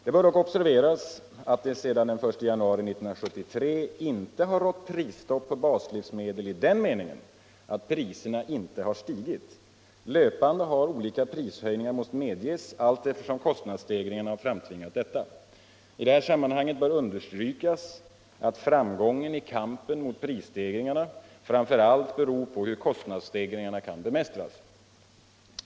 Det bör dock observeras att det sedan den 1 januari 1973 inte har rått prisstopp på baslivsmedel i den lmeningen alt priserna inte har stigit. Löpande har olika prishöjningar måst medges allteftersom kostnadsstegringarna har framtvingat detta. I det här sammanhanget bör understrykas att framgången i kampen mot prisstegringarna framför allt beror på hur kostnadsstegringarna kan bemiästras.